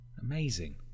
Amazing